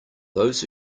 those